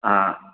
हां